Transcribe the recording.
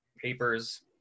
papers